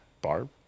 Barb